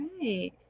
right